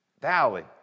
valley